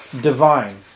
divine